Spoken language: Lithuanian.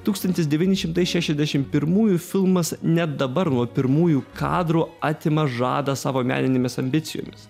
tūkstantis devyni šimtai šešiasdešim pirmųjų filmas net dabar nuo pirmųjų kadrų atima žadą savo meninėmis ambicijomis